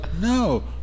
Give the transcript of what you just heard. no